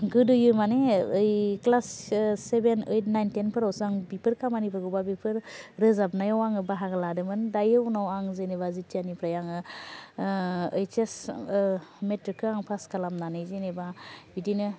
गोदोयो माने यै class seven eight nine ten फोरावसो आं बिफोर खामानिफोरखौ बा बिफोर रोजाबनायाव आङो बाहागो लादोंमोन दायो उनाव आं जेनबा जिथियानिफ्राय आङो ओइस एस मिट्रिक खौ आं पास खालामनानै जेनबा बिदिनो